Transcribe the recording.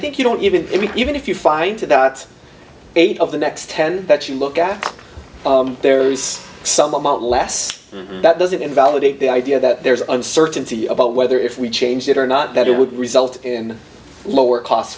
think you don't even get me even if you find to that eight of the next ten that you look at there is some amount less that doesn't invalidate the idea that there's uncertainty about whether if we change it or not that it would result in lower costs